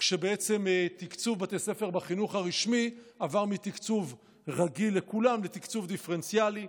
כשתקצוב בתי ספר בחינוך הרשמי עבר מתקצוב רגיל לכולם לתקצוב דיפרנציאלי.